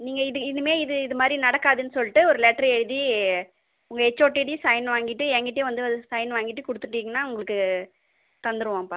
நீங்கள் இது இனிமேல் இது இதுமாதிரி நடக்காதுன்னு சொல்லிட்டு ஒரு லெட்ரு எழுதி உங்கள் ஹெச்ஓடிட்டேயும் சைன் வாங்கிட்டு எங்கிட்டையும் வந்து சைன் வாங்கிட்டு கொடுத்துட்டீங்கன்னா உங்களுக்கு தந்துடுவோம்ப்பா